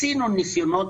עשינו ניסיונות,